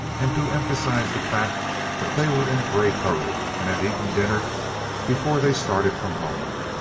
and to emphasize the fact that they were in a great hurry, and had eaten dinner before they started from home.